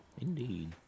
Indeed